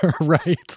Right